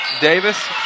Davis